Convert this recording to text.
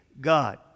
God